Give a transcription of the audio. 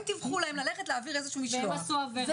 הם תיווכו להם ללכת להעביר איזשהו משלוח --- והם עשו עבירה,